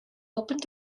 opened